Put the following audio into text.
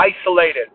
isolated